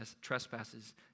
trespasses